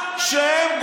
אם אנשים יצאו לרחובות,